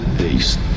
beast